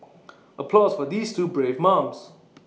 applause for these two brave mums